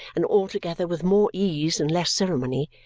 and altogether with more ease and less ceremony,